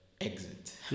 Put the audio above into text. exit